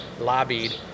lobbied